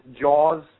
Jaws